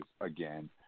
again